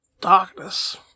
Darkness